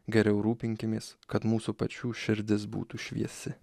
geriau rūpinkimės kad mūsų pačių širdis būtų šviesi